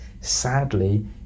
sadly